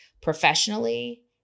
professionally